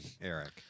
Eric